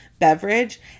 beverage